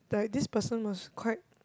like this person was quite